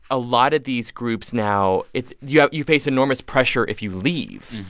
a lot of these groups now, it's you you face enormous pressure if you leave.